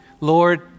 Lord